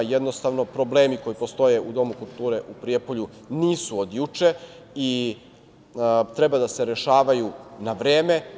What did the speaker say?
Jednostavno, problemi koji postoje u Domu kulture u Prijepolju nisu od juče i treba da se rešavaju na vreme.